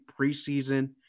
preseason